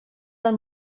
del